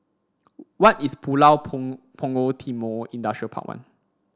why is Pulau Punggol Timor Industrial Park one